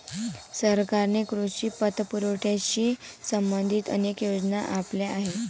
सरकारने कृषी पतपुरवठ्याशी संबंधित अनेक योजना आणल्या आहेत